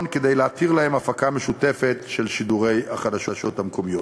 כדי להתיר להם הפקה משותפת של שידורי החדשות המקומיות.